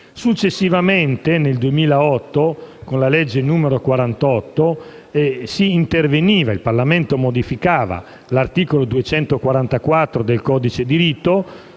Successivamente, nel 2008, con la legge n. 48, il Parlamento modificava l'articolo 244 del codice di rito